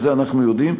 את זה אנחנו יודעים.